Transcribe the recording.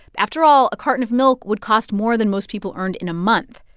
after all, a carton of milk would cost more than most people earned in a month,